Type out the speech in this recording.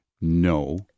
No